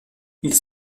ils